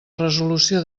resolució